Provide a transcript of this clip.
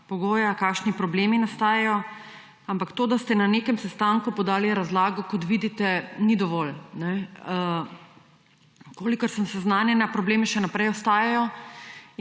pogoja, kakšni problemi nastajajo. Ampak to, da ste na nekem sestanku podali razlago, kot vidite, ni dovolj. Kolikor sem seznanjena, problemi še naprej ostajajo.